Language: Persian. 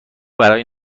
برای